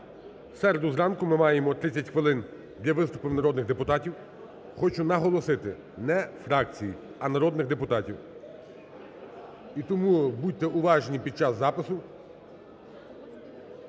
середу зранку ми маємо 30 хвилин для виступів народних депутатів. Хочу наголосити, не фракцій, а народних депутатів. І тому будьте уважні під час запису.